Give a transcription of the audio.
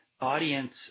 audience